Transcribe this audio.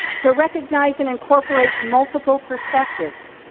to recognize and incorporate multiple perspectives,